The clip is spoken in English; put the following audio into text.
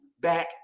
back